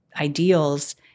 ideals